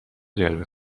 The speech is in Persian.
جلوه